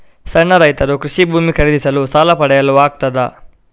ಸಣ್ಣ ರೈತರು ಕೃಷಿ ಭೂಮಿ ಖರೀದಿಸಲು ಸಾಲ ಪಡೆಯಲು ಆಗ್ತದ?